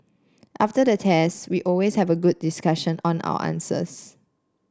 after the test we always have a group discussion on our answers